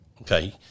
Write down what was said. Okay